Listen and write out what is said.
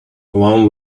one